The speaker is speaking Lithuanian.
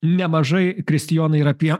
nemažai kristijonai ir apie